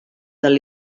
del